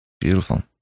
beautiful